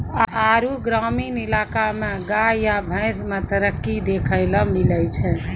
आरु ग्रामीण इलाका मे गाय या भैंस मे तरक्की देखैलै मिलै छै